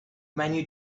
menu